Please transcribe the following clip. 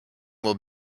will